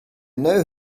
know